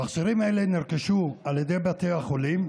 מכשירים אלה נרכשו על ידי בתי החולים,